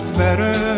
better